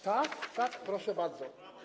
Tak, proszę bardzo.